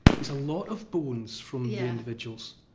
there's a lot of bones from the individuals.